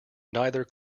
neither